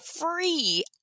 free